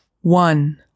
one